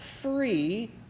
free